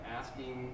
asking